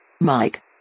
Mike